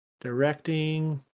directing